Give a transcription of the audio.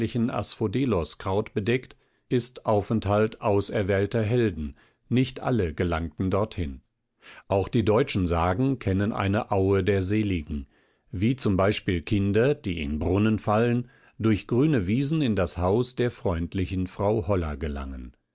lilienähnlichen asphodeloskraut bedeckt ist aufenthalt auserwählter helden nicht alle gelangten dorthin auch die deutschen sagen kennen eine aue der seligen wie z b kinder die in brunnen fallen durch grüne wiesen in das haus der freundlichen frau holla gelangen